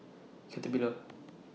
Caterpillar